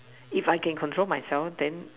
if I can control myself then